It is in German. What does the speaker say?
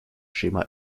schema